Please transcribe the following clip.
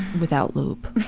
without lube.